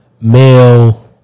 male